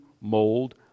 mold